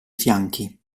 fianchi